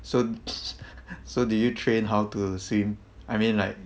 so s~ so did you train how to swim I mean like